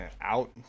out